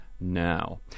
now